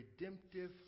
redemptive